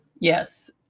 Yes